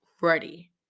ready